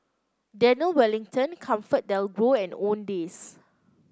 Daniel Wellington ComfortDelGro and Owndays